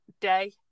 day